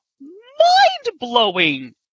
mind-blowing